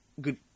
Good